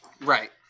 Right